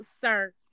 sir